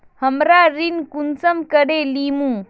हमरा ऋण कुंसम करे लेमु?